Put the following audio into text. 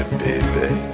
baby